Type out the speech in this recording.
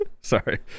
sorry